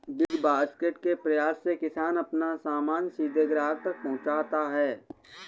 big basket के प्रयास से किसान अपना सामान सीधे ग्राहक तक पहुंचाता है